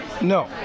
No